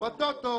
בטוטו